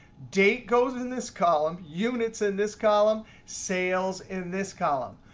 date goes in this column, units in this column, sales in this column.